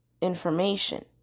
information